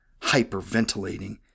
hyperventilating